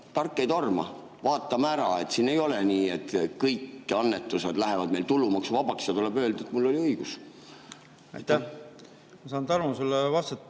tark ei torma, vaatame ära. Siin ei ole nii, et kõik annetused lähevad meil tulumaksuvabaks, ja tuleb öelda, et mul oli õigus. Aitäh! Ma saan, Tarmo, sulle vastata